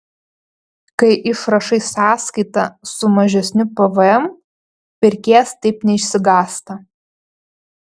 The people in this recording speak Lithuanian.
kai išrašai sąskaitą su mažesniu pvm pirkėjas taip neišsigąsta